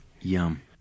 Yum